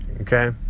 Okay